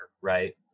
right